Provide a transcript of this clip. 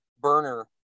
burner